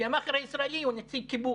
כי המאכר הישראלי הוא נציג כיבוש,